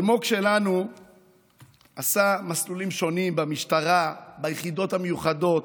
אלמוג שלנו עשה מסלולים שונים במשטרה וביחידות המיוחדות,